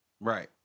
Right